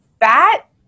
fat